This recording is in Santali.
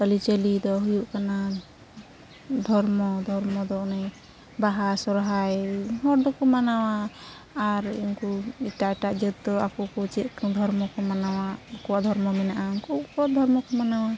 ᱟᱹᱨᱤᱪᱟᱹᱞᱤᱫᱚ ᱦᱩᱭᱩᱜ ᱠᱟᱱᱟ ᱫᱷᱚᱨᱢᱚ ᱫᱷᱚᱨᱢᱚᱫᱚ ᱚᱱᱮ ᱵᱟᱦᱟ ᱥᱚᱦᱚᱨᱟᱭ ᱦᱚᱲᱫᱚᱠᱚ ᱢᱟᱱᱟᱣᱟ ᱟᱨ ᱩᱱᱠᱩ ᱮᱴᱟᱜᱼᱮᱴᱟᱜ ᱡᱟᱹᱛᱫᱚ ᱟᱠᱚᱠᱚ ᱪᱮᱫᱠᱚ ᱫᱷᱚᱨᱢᱚᱠᱚ ᱢᱟᱱᱟᱣᱟ ᱟᱠᱚᱣᱟᱜ ᱫᱷᱚᱨᱢᱚ ᱢᱮᱱᱟᱜᱼᱟ ᱩᱱᱠᱩ ᱟᱠᱚᱣᱟᱜ ᱫᱷᱚᱨᱢᱚᱠᱚ ᱢᱟᱱᱟᱱᱣᱟ